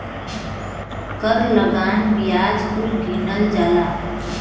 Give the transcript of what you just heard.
कर लगान बियाज कुल गिनल जाला